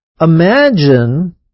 Imagine